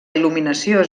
il·luminació